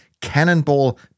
cannonball